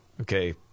okay